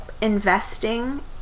investing